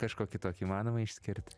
kažkokį tokį įmanoma išskirti